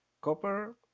copper